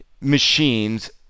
machines